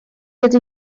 ydy